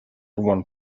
one